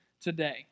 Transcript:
today